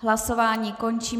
Hlasování končím.